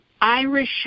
Irish